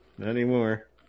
anymore